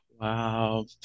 Wow